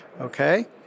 okay